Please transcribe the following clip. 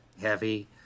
heavy